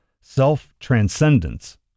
Self-transcendence